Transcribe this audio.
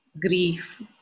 grief